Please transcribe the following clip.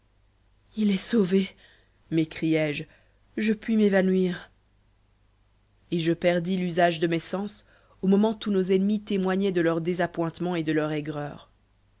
il est sauvé m'écriai-je je puis m'évanouir et je perdis l'usage de mes sens au moment où nos ennemis témoignaient de leur désappointement et de leur